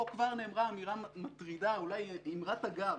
פה כבר נאמרה אמירה מטרידה, אולי אמירת אגב,